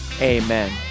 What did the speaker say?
amen